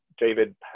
David